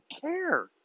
care